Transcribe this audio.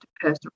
personal